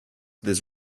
this